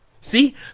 See